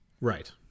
Right